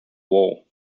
war